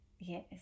yes